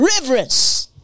reverence